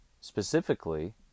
Specifically